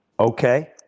Okay